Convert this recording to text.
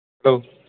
hello